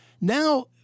Now